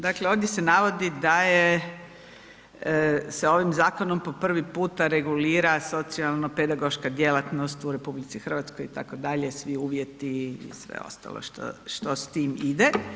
Dakle, ovdje se navodi da je sa ovim zakonom po prvi puta regulira socijalnopedagoška djelatnost u RH itd., svi uvjeti i sve ostalo što s tim ide.